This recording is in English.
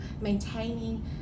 maintaining